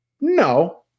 No